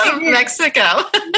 Mexico